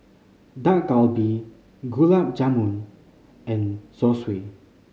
Dak Galbi Gulab Jamun and Zosui